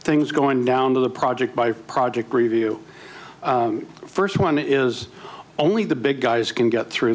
things going down the project by project review the first one is only the big guys can get through